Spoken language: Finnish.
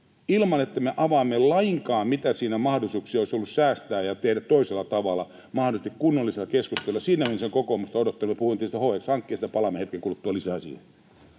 ilman että me avaamme lainkaan, mitä mahdollisuuksia siinä olisi ollut säästää ja tehdä toisella tavalla, mahdollisesti kunnollisella keskustelulla. Siinä mielessä olisin kokoomukselta odottanut... Minä puhuin tietysti HX-hankkeesta, ja palaamme hetken kuluttua lisää siihen.